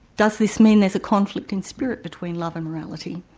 does this mean there's a conflict in spirit between love and morality?